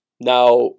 Now